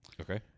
Okay